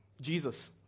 Jesus